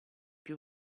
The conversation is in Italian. più